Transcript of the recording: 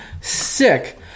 sick